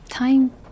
Time